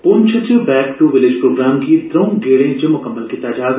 पुंछ च back to village programme गी त्रर्ऊ गेडे च मुकम्मल कीता जाग